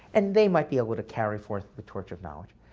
and they might be able to carry forth the torch of knowledge.